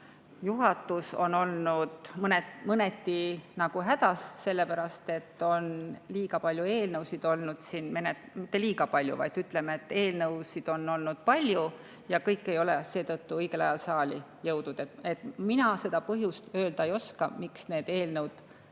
juhatus on olnud mõneti hädas, sellepärast et siin on olnud liiga palju eelnõusid. Mitte liiga palju, vaid, ütleme, eelnõusid on olnud palju ja kõik ei ole seetõttu õigel ajal saali jõudnud. Mina seda põhjust öelda ei oska, miks need eelnõud